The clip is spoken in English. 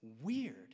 weird